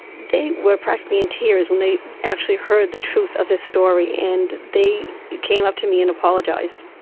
they were practically in tears when they actually heard the truth of this story, and they came up to me and apologised.